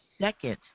second